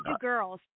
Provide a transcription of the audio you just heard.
girls